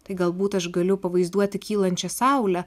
tai galbūt aš galiu pavaizduoti kylančią saulę